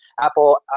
Apple